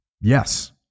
yes